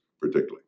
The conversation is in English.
particularly